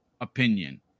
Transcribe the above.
opinion